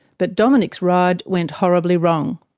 but dominic's ride went horribly wrong.